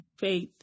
faith